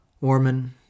Orman